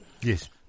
Yes